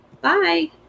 Bye